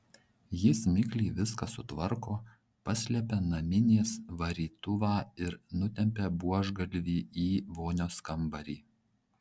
jis mikliai viską sutvarko paslepia naminės varytuvą ir nutempia buožgalvį į vonios kambarį